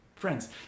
Friends